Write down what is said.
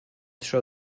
tro